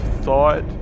thought